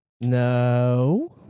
No